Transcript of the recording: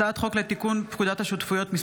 הצעת חוק צער בעלי חיים (הגנה על בעלי חיים) (תיקון,